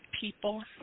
people